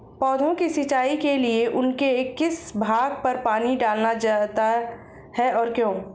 पौधों की सिंचाई के लिए उनके किस भाग पर पानी डाला जाता है और क्यों?